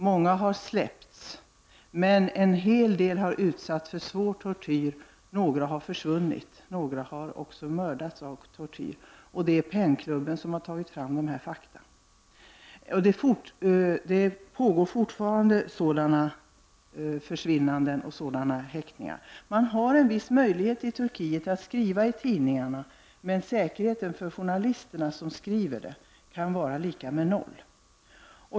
Många har släppts, men en hel del har utsatts för svår tortyr, och några har försvunnit. Några har också mördats genom tortyren. Det är PEN-klubben som har tagit fram dessa fakta. Sådana här häktningar och försvinnanden sker fortfarande. Man har i Turkiet en viss möjlighet att skriva i tidningarna, men säkerheten för journalisterna som skriver kan vara lika med noll.